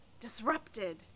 disrupted